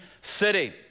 city